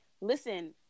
listen